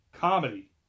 comedy